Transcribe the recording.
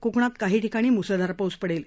कोकणात काही ठिकाणी म्सळधार पाऊस पडेल